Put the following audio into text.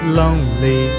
lonely